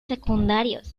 secundarios